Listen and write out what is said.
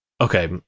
Okay